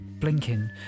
Blinking